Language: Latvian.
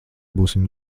būsim